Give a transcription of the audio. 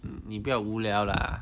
你不要无聊 lah